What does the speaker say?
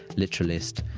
literalist,